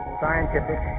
scientific